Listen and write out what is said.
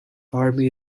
army